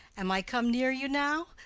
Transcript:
am i come near ye now?